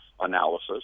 analysis